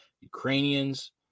Ukrainians